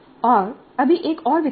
और अभी एक और विकल्प है